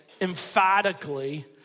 emphatically